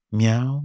meow